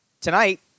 Tonight